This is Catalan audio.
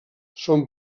són